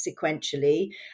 sequentially